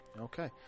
Okay